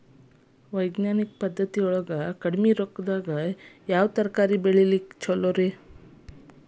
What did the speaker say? ವೈಜ್ಞಾನಿಕ ಪದ್ಧತಿನ್ಯಾಗ ಕಡಿಮಿ ರೊಕ್ಕದಾಗಾ ಯಾವ ತರಕಾರಿ ಬೆಳಿಲಿಕ್ಕ ಛಲೋರಿ?